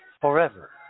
forever